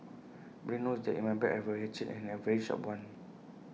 everybody knows that in my bag I have A hatchet and A very sharp one